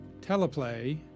Teleplay